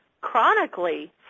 chronically